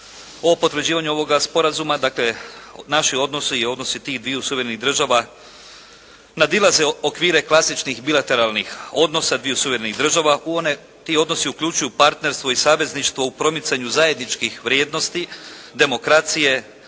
o potvrđivanju ovoga sporazuma. Dakle naši odnosi i odnosi tih dviju suverenih država nadilaze okvire klasičnih bilateralnih odnosa dviju suverenih država u one, ti odnosi uključuju partnerstvo i savezništvo u promicanju zajedničkih vrijednosti, demokracije,